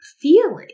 feeling